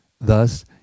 Thus